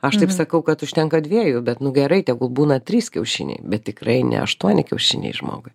aš taip sakau kad užtenka dviejų bet nu gerai tegul būna trys kiaušiniai bet tikrai ne aštuoni kiaušiniai žmogui